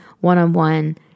one-on-one